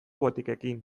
botikekin